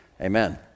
Amen